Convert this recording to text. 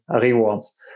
rewards